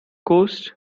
coast